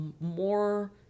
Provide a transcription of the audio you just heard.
more